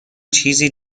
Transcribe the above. چیزی